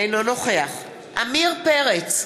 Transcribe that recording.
אינו נוכח עמיר פרץ,